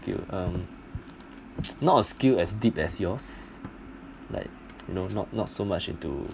skill um not a skill as deep as yours like you know not not so much into